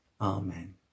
Amen